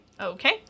Okay